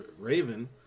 Raven